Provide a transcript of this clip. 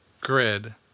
grid